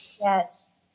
Yes